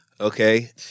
Okay